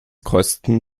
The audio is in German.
kreuzten